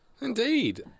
Indeed